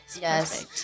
Yes